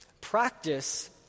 Practice